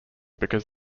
because